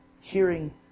hearing